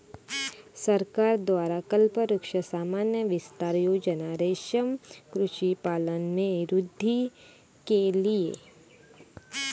सरकार द्वारा कल्पवृक्ष सामान्य विस्तार योजना रेशम कृषि पालन में वृद्धि के लिए